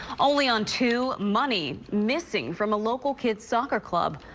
only on two, money missing from a local kid's soccer club.